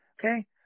Okay